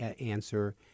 answer